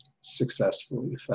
successfully